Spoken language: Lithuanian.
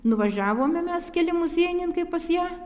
nuvažiavome mes keli muziejininkai pas ją